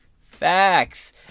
Facts